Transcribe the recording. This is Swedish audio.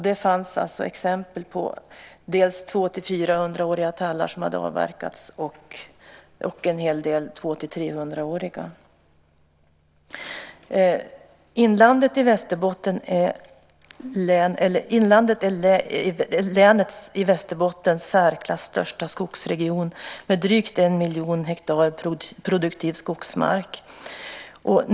Det fanns alltså exempel på dels 200-400-åriga tallar som hade avverkats, dels en hel del 200-300-åriga. Inlandet i Västerbotten är landets i särklass största skogsregion med drygt 1 miljon hektar produktiv skogsmark.